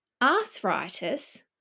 arthritis